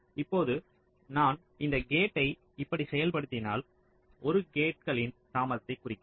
இப்போது நான் இந்த கேட்டை இப்படி செயல்படுத்தினால் 1 கேட்களின் தாமதத்தைக் குறிக்கிறது